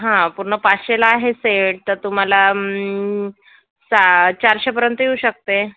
हं पूर्ण पाचशेला आहे सेट तर तुम्हाला चा चारशेपर्यंत येऊ शकते